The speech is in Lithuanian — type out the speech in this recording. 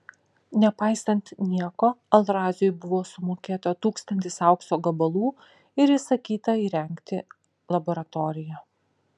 nepaisant nieko al raziui buvo sumokėta tūkstantis aukso gabalų ir įsakyta įrengti laboratoriją